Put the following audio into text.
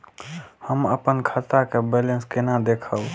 हम अपन खाता के बैलेंस केना देखब?